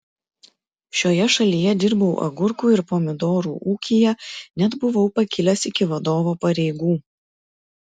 šioje šalyje dirbau agurkų ir pomidorų ūkyje net buvau pakilęs iki vadovo pareigų